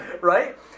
right